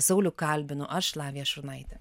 saulių kalbinu aš lavija šurnaitė